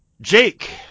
Jake